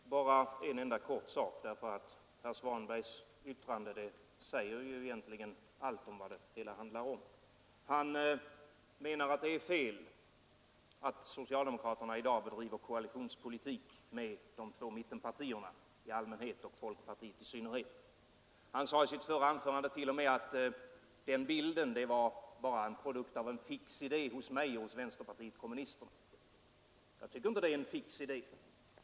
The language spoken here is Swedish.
Herr talman! Jag kan fatta mig mycket kort, därför att herr Svanbergs yttrande säger egentligen allt. Herr Svanberg menar att det är fel att säga att socialdemokraterna i dag bedriver koalitionspolitik med de två mittenpartierna i allmänhet och folkpartiet i synnerhet. Han sade t.o.m., i sitt förra anförande att den bilden bara var en produkt av en fix idé hos mig och vänsterpartiet kommunisterna. Jag tycker inte att det är en fix idé.